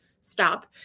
stop